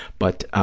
but,